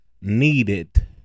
needed